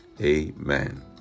Amen